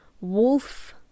wolf